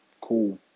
cool